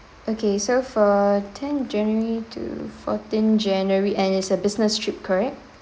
okay so for tenth january to fourteenth january and is a business trip correct